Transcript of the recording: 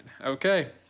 Okay